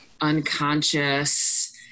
unconscious